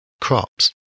Crops